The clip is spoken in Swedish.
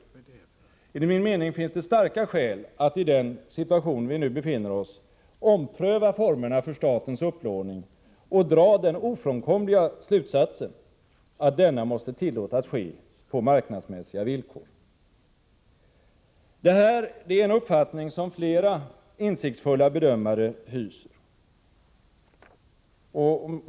Enligt min mening finns det starka skäl för att i den situation som vi nu befinner oss i ompröva formerna för statens upplåning och dra den ofrånkomliga slutsatsen att denna måste tillåtas ske på marknadsmässiga villkor. Detta är en uppfattning som flera insiktsfulla bedömare hyser.